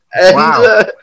Wow